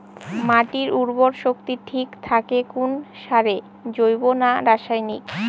মাটির উর্বর শক্তি ঠিক থাকে কোন সারে জৈব না রাসায়নিক?